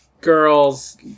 girls